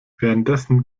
währenddessen